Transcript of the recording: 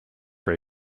ray